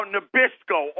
Nabisco